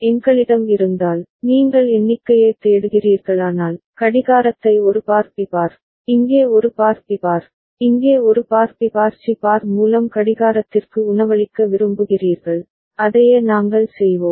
எங்களிடம் இருந்தால் நீங்கள் எண்ணிக்கையைத் தேடுகிறீர்களானால் கடிகாரத்தை ஒரு பார் பி பார் இங்கே ஒரு பார் பி பார் இங்கே ஒரு bar B bar C bar மூலம் கடிகாரத்திற்கு உணவளிக்க விரும்புகிறீர்கள் அதையே நாங்கள் செய்வோம்